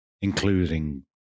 including